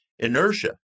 inertia